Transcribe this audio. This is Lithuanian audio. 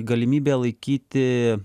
galimybė laikyti